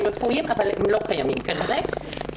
ורפואיים אבל הם לא קיימים כנראה.